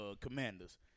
Commanders